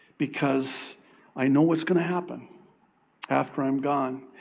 because i know what's going to happen after i'm gone.